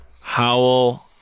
Howell